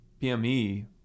PME